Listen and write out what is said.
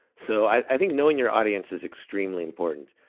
so i think knowing your audience is extremely important.